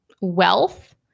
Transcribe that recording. wealth